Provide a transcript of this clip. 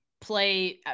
play –